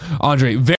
Andre